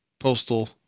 Postal